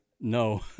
No